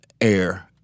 air